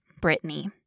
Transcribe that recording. Brittany